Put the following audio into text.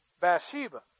Bathsheba